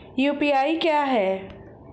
UPI क्या है?